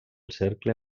cercle